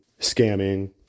scamming